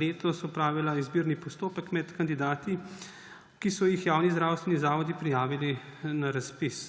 letos opravila izbirni postopek med kandidati, ki so jih javni zdravstveni zavodi prijavili na razpis.